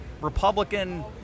Republican